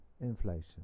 inflation